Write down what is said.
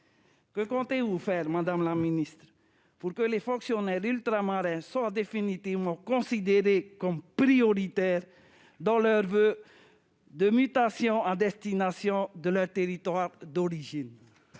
Que comptez-vous faire, madame la ministre, pour que les fonctionnaires ultramarins soient définitivement considérés comme prioritaires quant à leurs voeux de mutation à destination de leur territoire d'origine ?